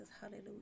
hallelujah